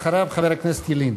אחריו, חבר הכנסת ילין.